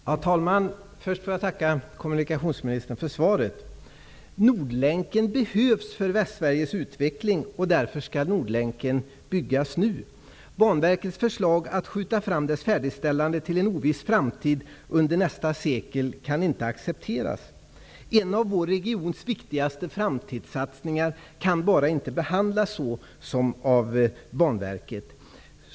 Herr talman! Först vill jag tacka kommunikationsministern för svaret. Nordlänken behövs för Västsveriges utveckling, och därför skall Nordlänken byggas nu. Banverkets förslag, att skjuta fram dess färdigställande till en oviss framtid under nästa sekel, kan inte accepteras. En av vår regions viktigaste framtidssatsningar kan bara inte behandlas så av Banverket.